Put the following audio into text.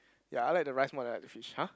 ya I like the rice more than I like the fish !huh!